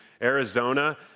Arizona